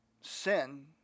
sin